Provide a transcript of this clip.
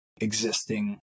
existing